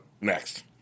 next